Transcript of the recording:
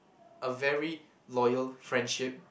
a very loyal friendship